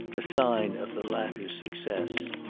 a sign of the latter's success.